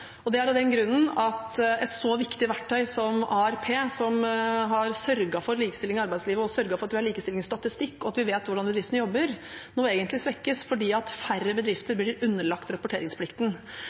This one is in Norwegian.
bak anmodningsvedtaket det, av den grunn at et så viktig verktøy som ARP, som har sørget for likestilling i arbeidslivet, for likestillingsstatistikk og for at vi vet hvordan bedriftene jobber, nå egentlig svekkes, fordi færre bedrifter blir underlagt rapporteringsplikten.